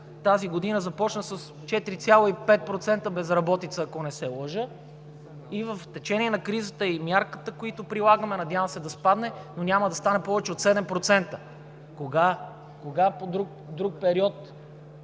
тази година започна с 4,5% безработица, ако не се лъжа, и в течение на кризата и мерките, които прилагаме, надявам се да спадне, но няма да стане повече от 7%. Кога в друг период